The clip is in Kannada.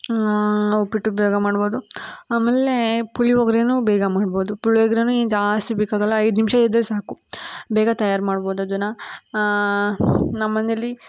ಉಪ್ಪಿಟ್ಟು ಬೇಗ ಮಾಡ್ಬೋದು ಆಮೇಲೆ ಪುಳಿಯೋಗ್ರೆಯೂ ಬೇಗ ಮಾಡ್ಬೋದು ಪುಳಿಯೋಗ್ರೆ ಏನು ಜಾಸ್ತಿ ಬೇಕಾಗೋಲ್ಲ ಐದು ನಿಮಿಷ ಇದ್ದರೆ ಸಾಕು ಬೇಗ ತಯಾರು ಮಾಡ್ಬೋದು ಅದನ್ನು ನಮ್ಮ ಮನೆಲ್ಲಿ